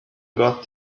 got